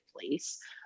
place